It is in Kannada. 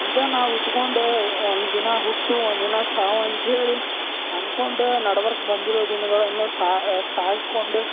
ಇದಾ ನಾವು ಇಟ್ಟ್ಕೊಂಡು ಒಂದು ದಿನ ಹುಟ್ಟು ಒಂದು ದಿನ ಸಾವು ಅಂತ್ಹೇಳಿ ಅನ್ಕೊಂಡು ನಡ್ವರಕ್ ಬಂದಿರೊ ದಿನಗಳನ್ನು ಸಾಗ್ಕೊಂಡು